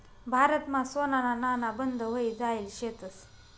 भारतमा सोनाना नाणा बंद व्हयी जायेल शेतंस